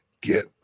Get